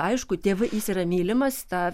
aišku tėvai jis yra mylimas tą